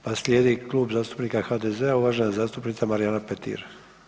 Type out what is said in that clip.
Pa slijedi Klub zastupnika HDZ-a, uvažena zastupnica Marijana Petir.